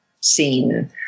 scene